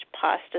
pasta